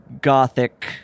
gothic